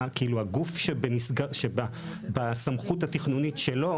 הגוף שבסמכות התכנונית שלו,